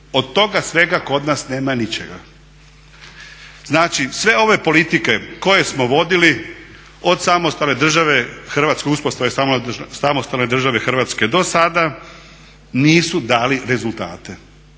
Od toga svega kod nas nema ničega. Znači sve ove politike koje smo vodili, od samostalne države, hrvatske uspostave same države Hrvatske dosada nisu dali rezultate